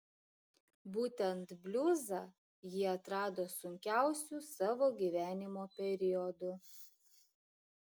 būtent bliuzą ji atrado sunkiausiu savo gyvenimo periodu